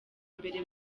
mbere